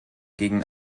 gegen